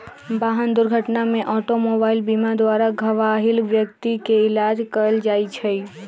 वाहन दुर्घटना में ऑटोमोबाइल बीमा द्वारा घबाहिल व्यक्ति के इलाज कएल जाइ छइ